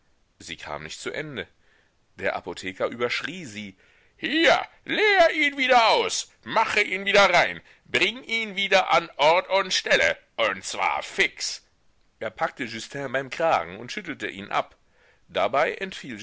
sie kam nicht zu ende der apotheker überschrie sie hier leer ihn wieder aus mache ihn wieder rein bring ihn wieder an ort und stelle und zwar fix er packte justin beim kragen und schüttelte ihn ab dabei entfiel